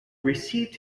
received